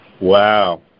Wow